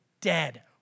dead